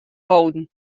holden